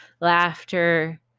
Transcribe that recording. laughter